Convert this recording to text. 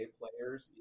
players